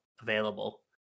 Available